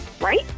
right